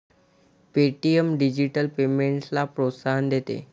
Paytm digital पेमेंट्सला प्रोत्साहन देते